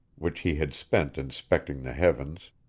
which he had spent inspecting the heavens.